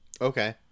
Okay